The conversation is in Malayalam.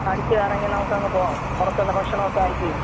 അടിച്ചുകറങ്ങി നമുക്കങ്ങു പോകാം പുറത്തുനിന്നു ഭക്ഷണമൊക്കെ കഴിച്ച്